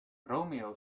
romeo